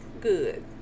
Good